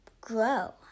grow